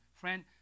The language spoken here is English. Friend